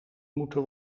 moeten